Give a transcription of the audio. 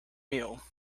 meal